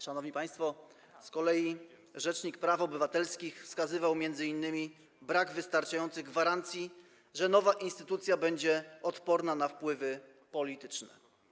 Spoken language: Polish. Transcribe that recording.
Szanowni państwo, z kolei rzecznik praw obywatelskich wskazywał m.in. na brak wystarczającej gwarancji, że nowa instytucja będzie odporna na wpływy polityczne.